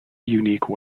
unique